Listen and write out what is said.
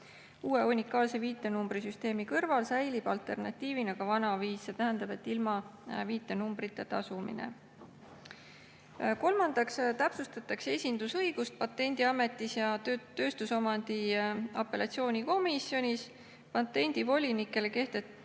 Uue unikaalse viitenumbri süsteemi kõrval säilib alternatiivina vana viis. See tähendab ilma viitenumbrita tasumine. Kolmandaks täpsustatakse esindusõigust Patendiametis ja tööstusomandi apellatsioonikomisjonis. Patendivolinikele